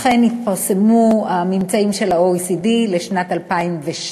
אכן התפרסמו הממצאים של ה-OECD לשנת 2012,